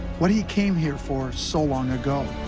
what he came here for so long ago.